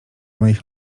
moich